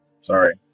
Sorry